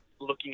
looking